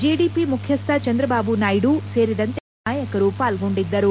ಜಡಿಪಿ ಮುಖ್ಯಸ್ಥ ಚಂದ್ರಬಾಬು ನಾಯ್ದ ಸೇರಿದಂತೆ ಹಲವು ನಾಯಕರು ಪಾಲ್ಗೊಂಡಿದ್ದರು